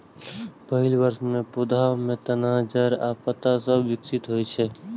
पहिल वर्ष मे पौधा मे तना, जड़ आ पात सभ विकसित होइ छै